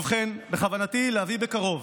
ובכן, בכוונתי להביא בקרוב